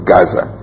Gaza